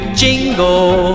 jingle